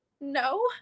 No